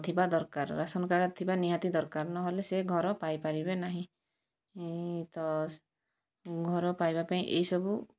ଥିବା ଦରକାର ration card ଥିବା ନିହାତି ଦରକାର ନହେଲେ ସିଏ ଘର ପାଇପାରିବେ ନାହିଁ ଏହି ତ ଘର ପାଇବା ପାଇଁ ଏହି ସବୁ